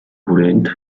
хүрээнд